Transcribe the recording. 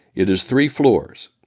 it is three floors,